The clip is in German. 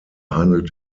handelt